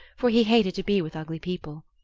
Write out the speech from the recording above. for he hated to be with ugly people.